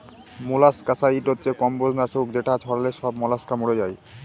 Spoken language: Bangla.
মোলাস্কাসাইড হচ্ছে কম্বজ নাশক যেটা ছড়ালে সব মলাস্কা মরে যায়